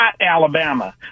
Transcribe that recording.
Alabama